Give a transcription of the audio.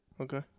Okay